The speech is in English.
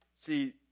See